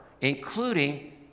including